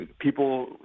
people